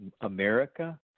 America